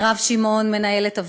מירב שמעון, מנהלת הוועדה,